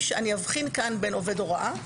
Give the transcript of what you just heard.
אני אבחין כאן בין עובד הוראה,